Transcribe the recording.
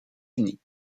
unis